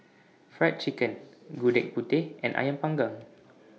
Fried Chicken Gudeg Putih and Ayam Panggang